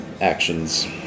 actions